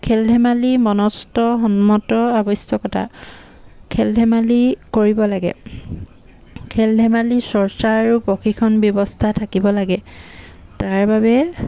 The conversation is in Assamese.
খেল ধেমালি মনস্থসন্মত আৱশ্যকতা খেল ধেমালি কৰিব লাগে খেল ধেমালি চৰ্চা আৰু প্ৰশিক্ষণ ব্যৱস্থা থাকিব লাগে তাৰ বাবে